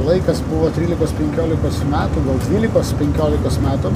laikas buvo trylikos penkiolikos metų gal dvylikos penkiolikos metų